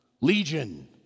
Legion